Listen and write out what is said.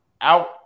out